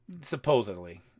Supposedly